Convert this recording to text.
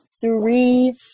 three